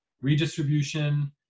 redistribution